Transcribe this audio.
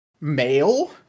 male